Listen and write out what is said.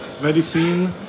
Medicine